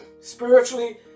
spiritually